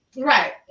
Right